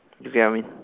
you get I mean